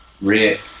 Rick